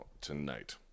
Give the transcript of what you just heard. tonight